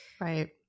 right